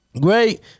Great